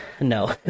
no